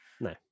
no